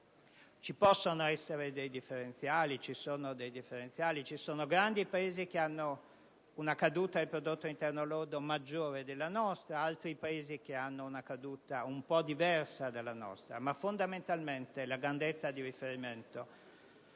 Ci possono essere e ci sono dei differenziali; ci sono grandi Paesi che hanno una caduta del prodotto interno lordo maggiore della nostra, altri Paesi che hanno una caduta un po' diversa dalla nostra, ma fondamentalmente la grandezza di riferimento costituita